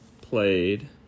played